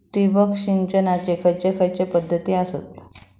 ठिबक सिंचनाचे खैयचे खैयचे पध्दती आसत?